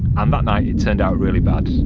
and that night it turned out really bad.